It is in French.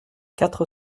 quatre